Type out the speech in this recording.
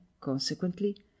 consequently